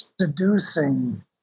seducing